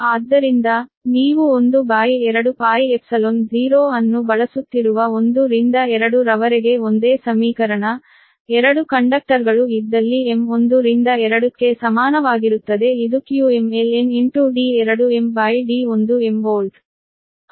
ಆದ್ದರಿಂದ ನೀವು 12π0 ಅನ್ನು ಬಳಸುತ್ತಿರುವ 1 ರಿಂದ 2 ರವರೆಗೆ ಒಂದೇ ಸಮೀಕರಣ 2 ಕಂಡಕ್ಟರ್ಗಳು ಇದ್ದಲ್ಲಿ m 1 ರಿಂದ 2 ಕ್ಕೆ ಸಮಾನವಾಗಿರುತ್ತದೆ ಇದು qmln D2mD1m ವೋಲ್ಟ್